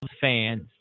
fans